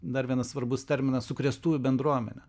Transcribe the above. dar vienas svarbus terminas sukrėstųjų bendruomenė